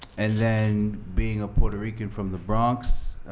and then, being a puerto rican from the bronx,